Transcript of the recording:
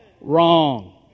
Wrong